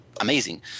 amazing